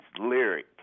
lyric